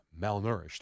malnourished